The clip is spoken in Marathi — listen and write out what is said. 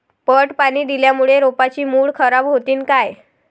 पट पाणी दिल्यामूळे रोपाची मुळ खराब होतीन काय?